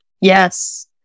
Yes